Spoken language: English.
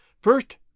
First